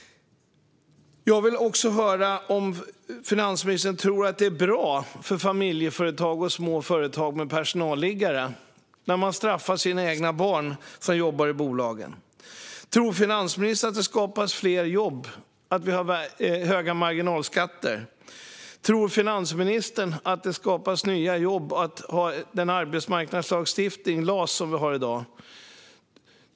Jag vill också höra om finansministern tror att det är bra för familjeföretag och små företag med personalliggare när deras egna barn som jobbar i bolagen straffas. Tror finansministern att det skapas fler jobb av att vi har höga marginalskatter? Tror finansministern att det skapas nya jobb av den arbetsmarknadslagstiftning - LAS - som vi har i dag?